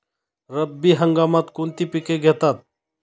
रब्बी हंगामात कोणती पिके घेतात?